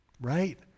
right